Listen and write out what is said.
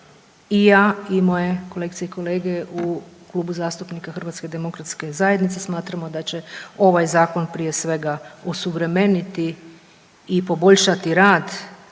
i ja i moje kolegice i kolege u Klubu zastupnika HDZ-a smatramo da će ovaj zakon prije svega osuvremeniti i poboljšati rad